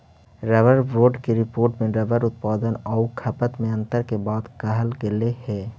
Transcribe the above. rubber board के report में rubber उत्पादन आउ खपत में अन्तर के बात कहल गेलइ हे